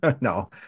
no